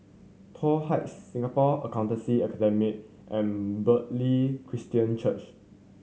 Toh Heights Singapore Accountancy Academy and Bartley Christian Church